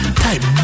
type